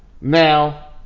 Now